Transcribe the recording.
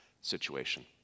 situation